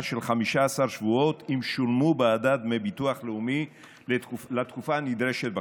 של 15 שבועות אם שולמו בעדה דמי ביטוח לאומי לתקופה הנדרשת בחוק.